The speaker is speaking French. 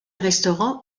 restaurant